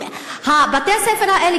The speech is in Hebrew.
בתי-הספר האלה,